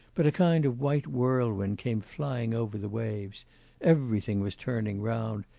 but a kind of white whirlwind came flying over the waves everything was turning round,